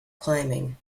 climbing